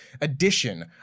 edition